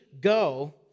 go